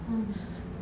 mm